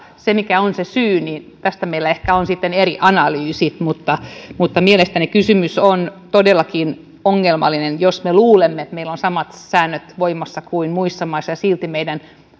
siitä mikä on se syy meillä ehkä on sitten eri analyysi mutta mutta mielestäni kysymys on todellakin ongelmallinen jos me luulemme että meillä on samat säännöt voimassa kuin muissa maissa ja silti meidän